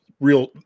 real